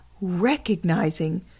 recognizing